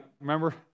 remember